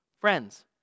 Friends